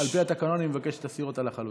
על פי התקנון אני מבקש שתסיר אותה לחלוטין.